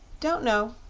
don't know,